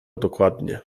dokładnie